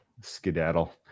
skedaddle